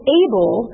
able